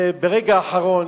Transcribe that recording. ברגע האחרון